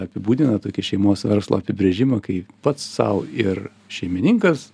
apibūdina tokį šeimos verslo apibrėžimą kai pats sau ir šeimininkas